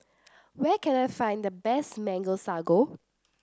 where can I find the best Mango Sago